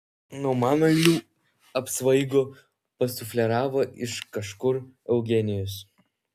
nuo mano eilių apsvaigo pasufleravo iš kažkur eugenijus